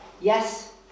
Yes